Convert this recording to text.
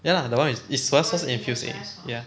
ya lah that one is soya sauce infused egg ya